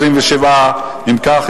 27. אם כך,